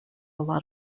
lot